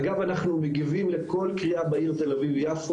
אגב, אנחנו מגיבים לכל קריאה בעיר תל אביב יפו.